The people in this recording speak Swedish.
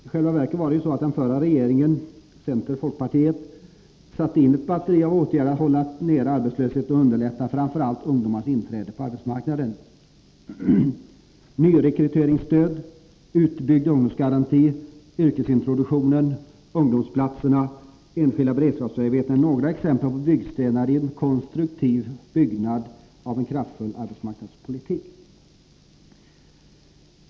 I själva verket var det så att den förra regeringen, center-folkpartiregeringen, satte in ett batteri av åtgärder för att hålla nere arbetslösheten och underlätta framför allt ungdomars inträde på arbetsmarknaden. Nyrekryteringsstöd, utbyggd ungdomsgaranti, yrkesintroduktion, ungdomsplatser, enskilda beredskapsarbeten är några exempel på byggstenar i en konstruktiv byggnad av en kraftfull arbetsmarknadspolitik.